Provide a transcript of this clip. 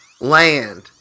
land